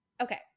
okay